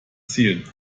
ziel